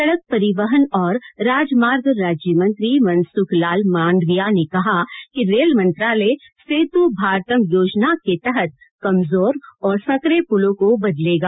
सड़क परिवहन और राजमार्ग राज्य मंत्री मनसुख लाल मांडविया ने कहा कि रेल मंत्रालय सेतु भारतम योजना के तहत कमजोर और संकरे पूलों को बदलेगा